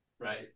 right